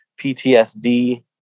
PTSD